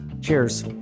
Cheers